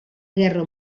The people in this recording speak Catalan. guerra